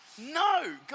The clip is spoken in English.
No